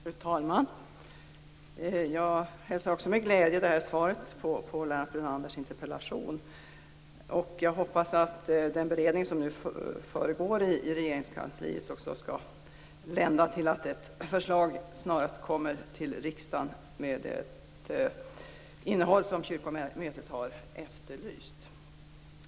Fru talman! Jag hälsar också svaret på Lennart Brunanders interpellation med glädje. Jag hoppas att den beredning som nu pågår i Regeringskansliet skall lända till att ett förslag snarast kommer till riksdagen med ett innehåll som kyrkomötet har efterlyst.